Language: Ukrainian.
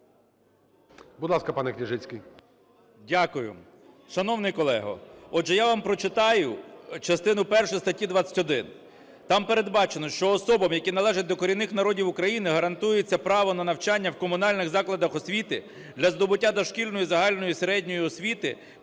Дякую. Шановний колего, отже, я вам прочитаю частину першу статті 21. Там передбачено, що особам, які належать до корінних народів України, гарантується право на навчання в комунальних закладах освіти, для здобуття дошкільної і загальної середньої освіти